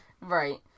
Right